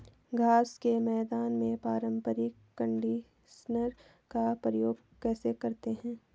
घास के मैदान में पारंपरिक कंडीशनर का प्रयोग कैसे करते हैं?